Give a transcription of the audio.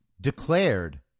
declared